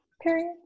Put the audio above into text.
period